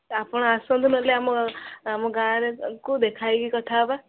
ଆପଣ ଆସନ୍ତୁ ନହେଲେ ଆମ ଆମ ଗାଁ'ରେ ଦେଖାଇକି କଥା ହେବା